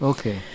Okay